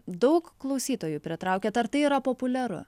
daug klausytojų pritraukiat ar tai yra populiaru